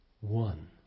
one